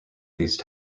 these